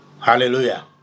Hallelujah